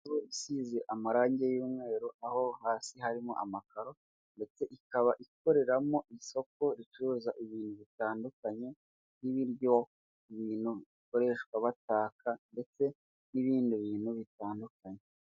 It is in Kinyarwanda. Isize amarangi y'umweru, aho hasi harimo amakaro ndetse ikaba ikoreramo isoko ricuruza ibintu bitandukanye nk'ibiryo, ibintu bikoreshwa bataka ndetse n'ibindi bintu bitandukanye.